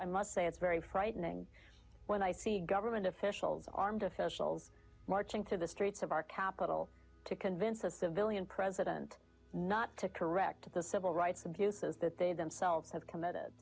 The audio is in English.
i must say it's very frightening when i see government officials armed officials marching through the streets of our capital to convince a civilian president not to correct the civil rights abuses that they themselves have committed